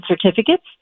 certificates